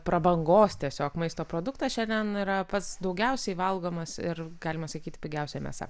prabangos tiesiog maisto produktas šiandien yra pats daugiausiai valgomas ir galima sakyti pigiausia mėsa